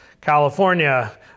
california